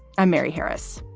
i'm mary harris.